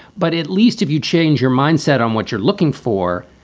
but at least if you change your mindset on what you're looking for,